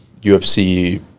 UFC